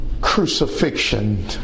crucifixion